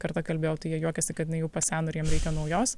kartą kalbėjau tai jie juokėsi kad jinai jau paseno ir jiem reikia naujos